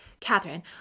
Catherine